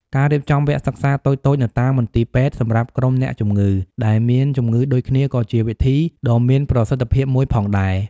ការរៀបចំវគ្គសិក្សាតូចៗនៅតាមមន្ទីរពេទ្យសម្រាប់ក្រុមអ្នកជំងឺដែលមានជំងឺដូចគ្នាក៏ជាវិធីដ៏មានប្រសិទ្ធភាពមួយផងដែរ។